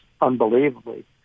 unbelievably